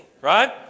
right